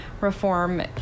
reform